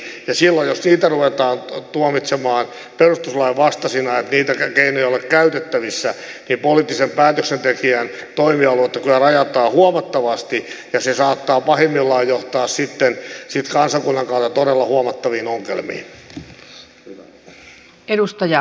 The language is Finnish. ja silloin jos niitä ruvetaan tuomitsemaan perustuslain vastaisina niin että ne keinot eivät ole käytettävissä niin poliittisen päätöksentekijän toimialuetta kyllä rajataan huomattavasti ja se saattaa pahimmillaan johtaa sitten kansakunnan kannalta todella huomattaviin ongelmiin